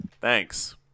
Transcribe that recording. Thanks